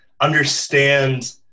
understand